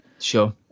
Sure